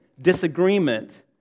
disagreement